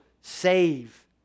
save